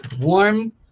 warm